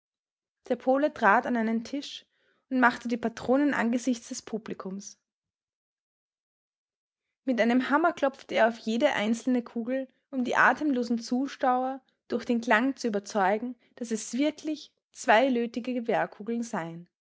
der pole trat an einen tisch und machte die patronen angesichts des publikums mit einem hammer klopfte er auf jede einzelne kugel um die atemlosen zuschauer durch den klang zu überzeugen daß es wirkliche zweilötige gewehrkugeln seien